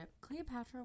Cleopatra